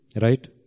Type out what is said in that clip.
Right